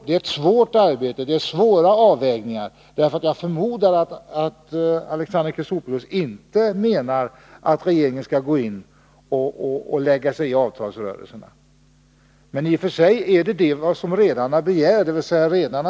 Det är ett svårt arbete, med svåra avvägningar. Jag förmodar att Alexander Chrisopoulos inte menar att regeringen skall gå in i avtalsrörelserna och lägga sig i dem, men i och för sig är just detta vad redarna begär.